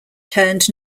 turned